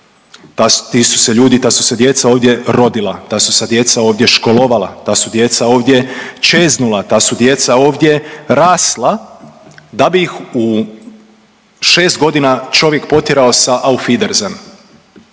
ti su se ljudi i ta su se djeca ovdje rodila, ta su se djeca ovdje školovala, ta su djeca ovdje čeznula, ta su djeca ovdje rasla da bi ih u 6 godina čovjek potjerao sa auf wiedersehen.